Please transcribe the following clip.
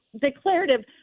declarative